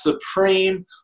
supreme